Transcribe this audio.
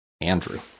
Andrew